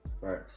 Right